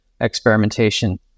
experimentation